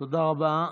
תודה רבה.